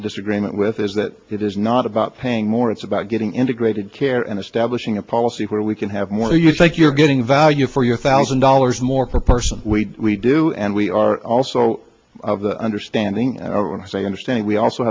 disagreement with is that it is not about paying more it's about getting integrated care and establishing a policy where we can have more you think you're getting value for your thousand dollars more per person we do and we are also of the understanding when i say understand we also